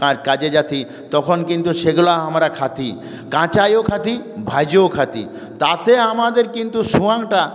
কার কাজে যাতি তখন কিন্তু সেগুলো আমরা খাতি কাঁচাও খাতি ভেজেও খাতি তাতে আমাদের কিন্তু সোয়াংটা